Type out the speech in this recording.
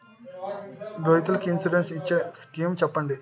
రైతులు కి ఇన్సురెన్స్ ఇచ్చే స్కీమ్స్ చెప్పండి?